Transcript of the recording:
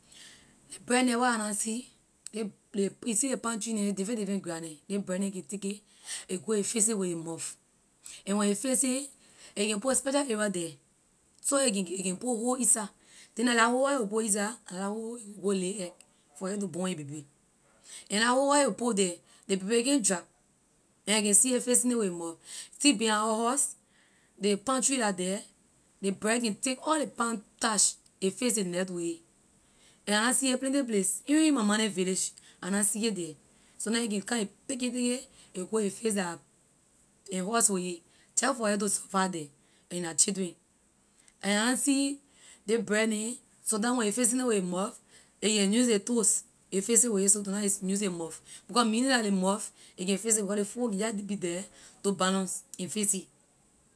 Ley bird neh where I na see le- ley you see ley palm tree neh ley different different grass neh ley bird neh can take a a go a fix it with a mouth and when a fix it a can put special area the so a can ge- a can put whole inside then la la hole where a will put inside la la hole a can go lay egg for a to born a baby and hole where a pit the ley baby can’t drap and I see a fixing it with a month see behind our house ley palm tree la the ley bird can take all ley palm tarsh a fix a net with a and I na see it plenty place even in my ma neh village I na see a the sometime a can come a a go a fix la house with a just for a to survive the and la children and I na see ley bird neh sometime when a fixing it with a mouth a can use a toes a fix it with a so- sometime a use a mouth because mainly la ley mouth a can fix it with because ley foot can jeh be the to balance and fix it.